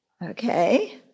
Okay